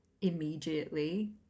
immediately